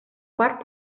part